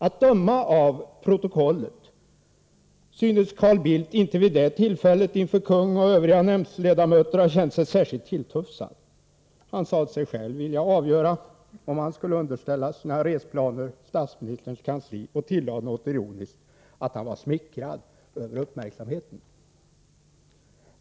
Att döma av protokollet synes Carl Bildt inte vid detta tillfälle, inför kungen och övriga nämndledamöter, ha känt sig särskilt tilltufsad. Han sade sig själv vilja avgöra om han skulle underställa statsministerns kansli sina reseplaner och tillade något ironiskt om att han var smickrad över uppmärksamheten.